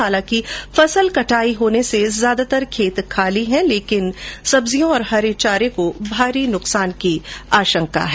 हालांकि फसल कटाई होने से ज्यादातर खेत खाली है लेकिन सब्जियों और हरे चारे को भारी नुकसान की आशंका है